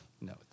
no